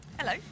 Hello